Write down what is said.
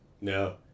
No